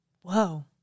Whoa